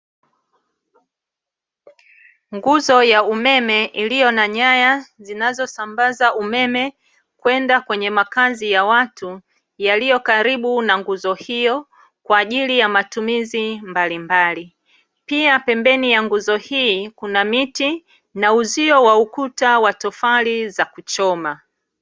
Nguzo ya umeme iliyo na nyaya zinazosambaza umeme kwenda kwenye makazi ya watu yaliyo karibu na nguzo hiyo kwa ajili ya matumizi mbalimbali. Pia, pembeni ya nguzo hii kuna miti na uzio wa ukuta wa tofali za kuchoma.